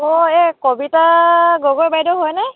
অঁ এই কবিতা গগৈ বাইদেউ হয়নে